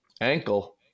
ankle